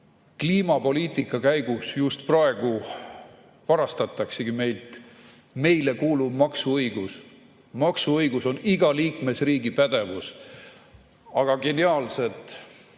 Kliimapoliitika käigus just praegu varastatakse meilt meile kuuluv maksuõigus. Maksuõigus on iga liikmesriigi pädevus. Aga geniaalsed